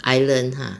island !huh!